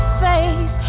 face